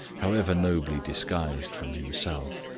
however nobly disguised from himself.